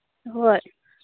ꯍꯣꯏ